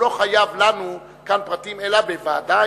הוא לא חייב לנו כאן פרטים אלא בוועדה,